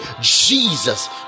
Jesus